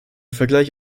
vergleich